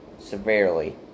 Severely